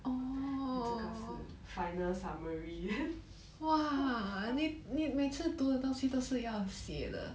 这个是 final summary